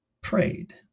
prayed